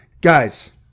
guys